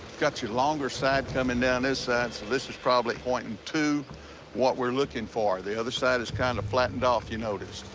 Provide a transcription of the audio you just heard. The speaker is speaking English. got your longer side coming down this side, so this is probably pointing to what we're looking for. the other side is kind of flattened off, you noticed,